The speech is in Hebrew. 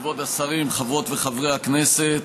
כבוד השרים, חברות וחברי כנסת,